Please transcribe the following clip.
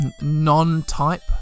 Non-type